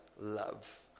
love